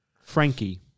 Frankie